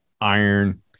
iron